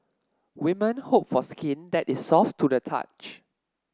women hope for skin that is soft to the touch